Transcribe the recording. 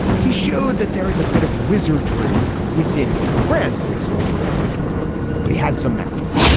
he showed that there is a bit of wizardry within him. grand wizardry if you will but he has some magic.